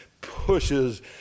pushes